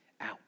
out